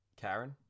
Karen